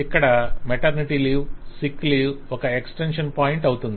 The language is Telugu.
ఇక్కడ మెటర్నిటీ లీవ్ సిక్ లీవ్ ఒక ఎక్స్టెన్షన్ పాయింట్ అవుతుంది